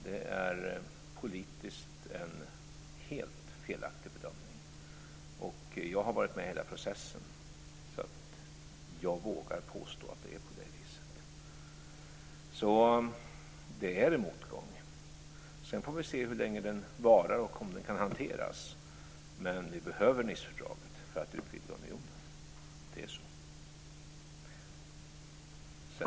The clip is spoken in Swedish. Det är en helt felaktig politisk bedömning. Jag har varit med i hela processen. Jag vågar påstå att det är på det viset. Det är en motgång. Sedan får vi se hur länge den varar och om den kan hanteras. Men vi behöver Nicefördraget för att utvidga unionen. Det är så.